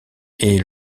est